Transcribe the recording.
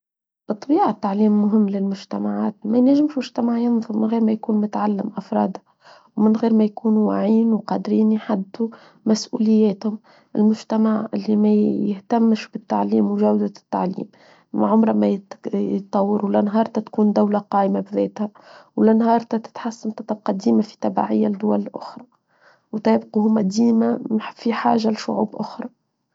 طبيعة التعليم مهمة للمجتمعات ما ينجمش مجتمعين من غير ما يكونوا متعلم أفراد ومن غير ما يكونوا وعين وقدرين يحدوا مسؤوليتهم المجتمع اللي ما يهتمش بالتعليم وجودة التعليم ما عمرا ما يتطور ولنهار تتكون دولة قايمة بذاتها ولنهار تتحسن تتبقى ديما في تبعية الدول الأخرى وتبقوا هما ديما في حاجة لشعوب أخرى.